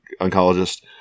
oncologist